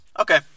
okay